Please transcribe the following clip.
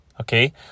okay